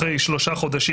אחרי שלושה חודשים,